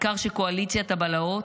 העיקר שקואליציית הבלהות,